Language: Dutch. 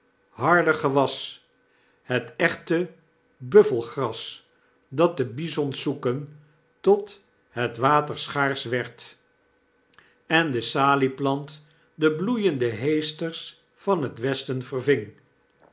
harder gewas het echte buffelgras dat de bisons zoeken tot het water schaarsch werd en de salieplant de bloeiende heesters van het westen verving